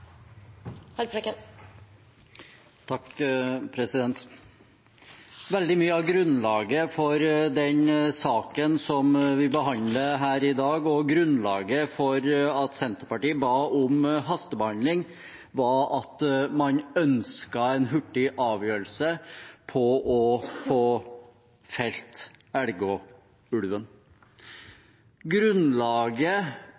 Veldig mye av grunnlaget for den saken som vi behandler her i dag, og grunnlaget for at Senterpartiet ba om hastebehandling, var at man ønsket en hurtig avgjørelse på å få felt